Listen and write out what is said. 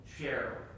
share